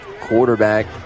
quarterback